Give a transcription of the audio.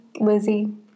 Lizzie